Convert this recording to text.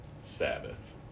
Sabbath